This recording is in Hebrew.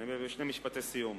שני משפטי סיום.